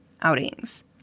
outings